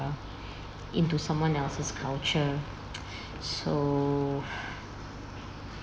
into someone else's culture so